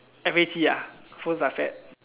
F A T ah phones are fat